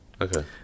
Okay